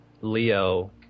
leo